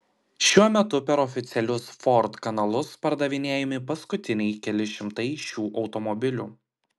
šiuo metu per oficialius ford kanalus pardavinėjami paskutiniai keli šimtai šių automobilių